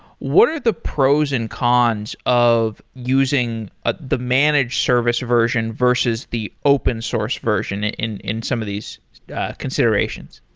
what are the pros and cons of using ah the managed service version, versus the open source version in in some of these considerations?